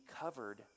covered